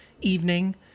evening